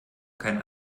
kein